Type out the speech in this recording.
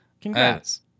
Congrats